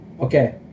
Okay